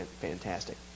fantastic